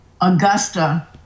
augusta